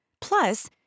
Plus